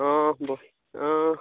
অঁ অঁ